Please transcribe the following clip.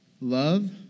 Love